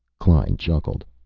klein chuckled.